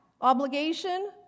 obligation